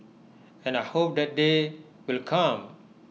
and I hope that day will come